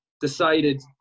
decided